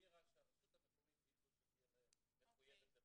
והגדירה שהרשות המקומית היא זו שתהיה מחויבת לבצע.